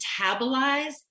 metabolize